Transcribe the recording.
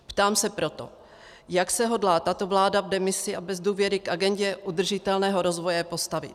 Ptám se proto, jak se hodlá tato vláda v demisi a bez důvěry k agendě udržitelného rozvoje postavit.